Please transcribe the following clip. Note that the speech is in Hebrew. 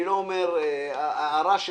ההערה של